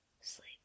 sleep